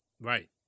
Right